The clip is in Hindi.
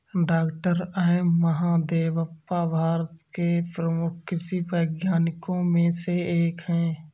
डॉक्टर एम महादेवप्पा भारत के प्रमुख कृषि वैज्ञानिकों में से एक हैं